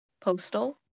Postal